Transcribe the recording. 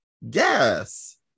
Yes